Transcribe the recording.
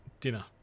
Dinner